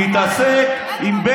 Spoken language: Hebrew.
תתעסק עם,